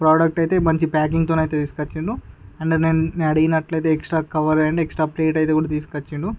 ఆ ప్రోడక్ట్ అయితే మంచి ప్యాకింగ్ తోనైతే తీసుకుని వచ్చిండు అండ్ నేను అడిగినట్లయితే extra cover and extra plate అయితే కూడా తీసుకొచ్చిండు